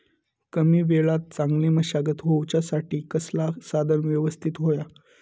कमी वेळात चांगली मशागत होऊच्यासाठी कसला साधन यवस्तित होया?